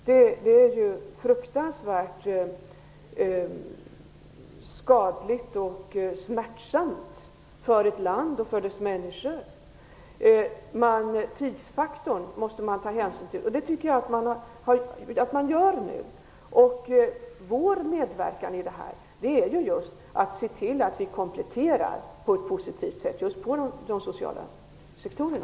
Det är fruktansvärt skadligt och smärtsamt för ett land och dess invånare. Man måste ta hänsyn till tidsfaktorn, och det tycker jag att man gör nu. Vår medverkan består i att vi kompletterar på ett positivt sätt just inom de sociala sektorerna.